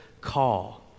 call